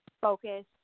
focus